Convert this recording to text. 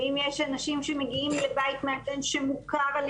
ואם יש אנשים שמגיעים לבית מאזן שמוכר על